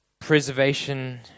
preservation